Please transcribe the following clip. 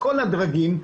מכל הדרגים,